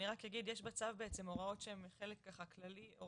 אני רק אגיד יש בצו בעצם הוראות שהן חלקן הן כלליות,